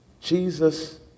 Jesus